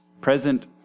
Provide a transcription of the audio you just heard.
present